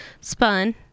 Spun